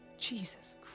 Jesus